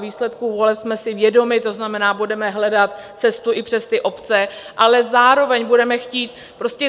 Výsledků voleb jsme si vědomi, to znamená, budeme hledat cestu i přes obce, ale zároveň budeme chtít